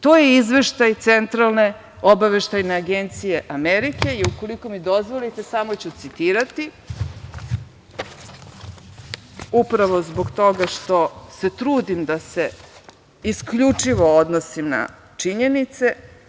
To je izveštaj Centralne obaveštajne agencije Amerike i ukoliko mi dozvolite samo ću citirati upravo zbog toga što se trudim da se isključivo odnosi na činjenice.